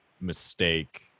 mistake